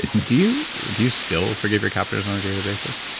do you do you still forgive your captors on a daily basis?